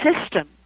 system